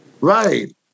Right